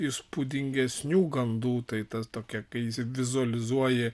įspūdingesnių gandų tai tas tokia kai vizualizuoji